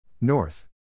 North